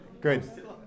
Good